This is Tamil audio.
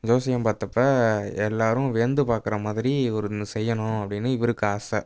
ஜோசியம் பார்த்தப்ப எல்லோரும் வியந்து பார்க்கற மாதிரி ஒன்னு செய்யணும் அப்படின்னு இவருக்கு ஆசை